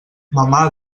mamà